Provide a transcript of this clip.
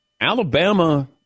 Alabama